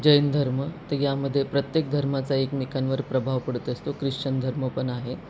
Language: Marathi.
जैन धर्म तर यामध्ये प्रत्येक धर्माचा एकमेकांवर प्रभाव पडत असतो ख्रिश्चन धर्म पण आहे